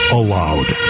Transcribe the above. allowed